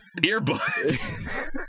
earbuds